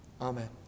Amen